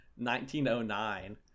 1909